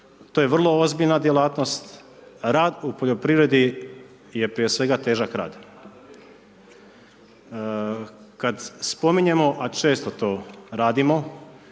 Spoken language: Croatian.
To je vrlo ozbiljna djelatnost. Rad u poljoprivredi, je prije svega težak rad. Kada spominjemo, a često to radimo,